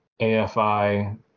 AFI